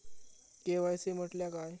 KYC म्हटल्या काय?